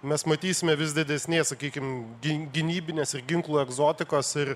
mes matysime vis didesnės sakykim gy gynybinės ir ginklų egzotikos ir